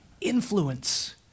influence